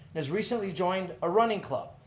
and has recently joined a running club.